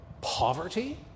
poverty